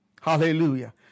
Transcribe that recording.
Hallelujah